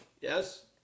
yes